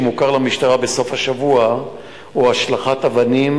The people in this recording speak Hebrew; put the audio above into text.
האירוע היחיד שמוכר למשטרה בסוף השבוע הוא השלכת אבנים